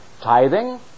tithing